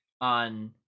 on